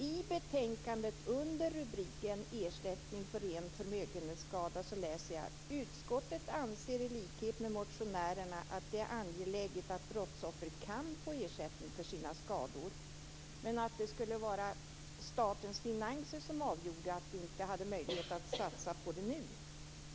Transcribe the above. I betänkandet under rubriken Ersättning för ren förmögenhetsskada står det: Utskottet anser i likhet med motionärerna att det är angeläget att brottsoffer kan få ersättning för sina skador, men att det skulle vara statens finanser som avgjorde att vi inte nu har möjlighet att satsa på det.